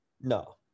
No